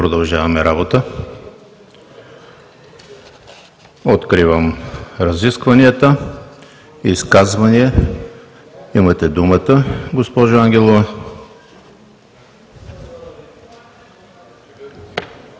продължаваме работата. Откривам разискванията. Изказвания? Имате думата, госпожо Ангелова.